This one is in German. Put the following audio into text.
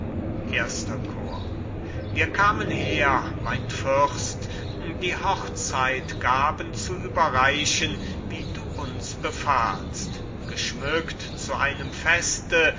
erster chor cajetan wir kamen her mein fürst die hochzeitgaben zu überreichen wie du uns befahlst geschmückt zu einem feste